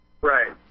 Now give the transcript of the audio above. Right